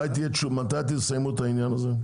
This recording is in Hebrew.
מתי תסיימו את העניין הזה?